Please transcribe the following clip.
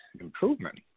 improvement